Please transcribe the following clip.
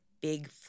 big